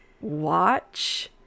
watch